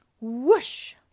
Whoosh